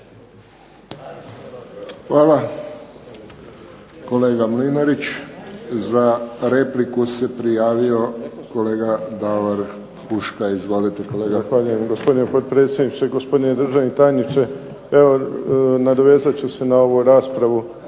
Hvala kolega Mlinarić. Za repliku se prijavio kolega Davor Huška. Izvolite kolega. **Huška, Davor (HDZ)** Zahvaljujem gospodine potpredsjedniče, gospodine državni tajniče. Evo, nadovezat ću se na ovu raspravu